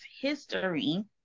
history